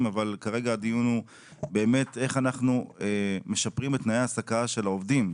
אבל כרגע הדיון הוא איך אנחנו משפרים את תנאי ההעסקה של העובדים.